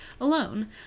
alone